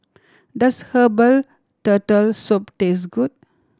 does herbal Turtle Soup taste good